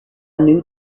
new